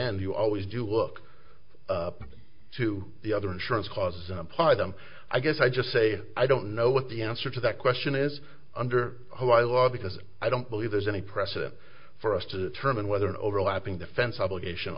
end you always do look up to the other insurance causes and apply them i guess i just say i don't know what the answer to that question is under high law because i don't believe there's any precedent for us to determine whether an overlapping defense obligation